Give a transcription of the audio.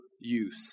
use